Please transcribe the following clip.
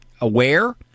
aware